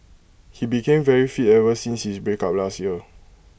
he became very fit ever since his breakup last year